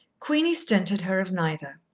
queenie stinted her of neither.